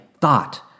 thought